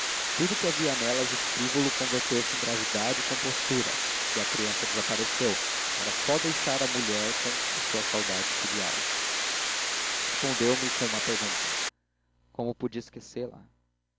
tudo o que havia nelas frívolo converteu-se em gravidade e com postura e a criança desapareceu para só deixar a mulher com a sua saudade filial respondeu-me com uma pergunta como podia esquecê-la sim